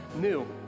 new